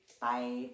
Bye